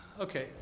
Okay